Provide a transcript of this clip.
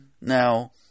Now